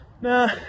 Nah